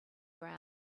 ground